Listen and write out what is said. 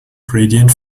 gradient